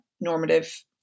normative